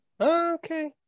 okay